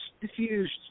diffused